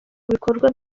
bikorwa